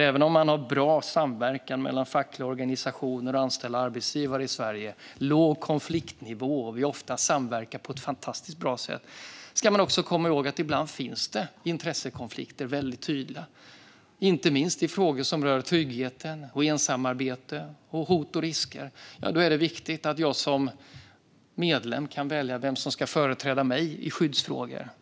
Även om man har bra samverkan mellan fackliga organisationer, anställda och arbetsgivare i Sverige med låg konfliktnivå och ofta samverkar på ett fantastiskt bra sätt ska man komma ihåg att det ibland finns väldigt tydliga intressekonflikter. Det gäller inte minst frågor som gäller trygghet, ensamarbete, hot och risker. Då är det viktigt att jag som medlem kan välja vem som ska företräda mig i skyddsfrågor.